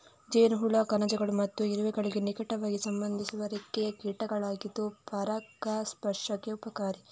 ಜೇನುಹುಳ ಕಣಜಗಳು ಮತ್ತು ಇರುವೆಗಳಿಗೆ ನಿಕಟವಾಗಿ ಸಂಬಂಧಿಸಿರುವ ರೆಕ್ಕೆಯ ಕೀಟಗಳಾಗಿದ್ದು ಪರಾಗಸ್ಪರ್ಶಕ್ಕೆ ಉಪಕಾರಿ